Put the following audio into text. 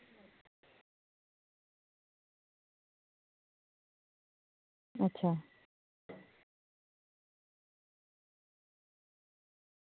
अच्छा